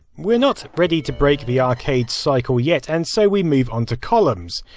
we're not ready to break the arcade cycle yet, and so we move onto columns.